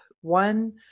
one